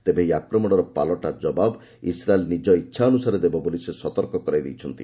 ତେବେ ଏହି ଆକ୍ରମଣର ପାଲଟା ଜବାବ ଇସ୍ରାଏଲ୍ ନିଜ ଇଚ୍ଛା ଅନୁସାରେ ଦେବ ବୋଲି ସେ ସତର୍କ କରାଇଦେଇଛନ୍ତି